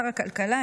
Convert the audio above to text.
שר הכלכלה,